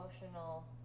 emotional